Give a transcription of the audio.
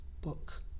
Book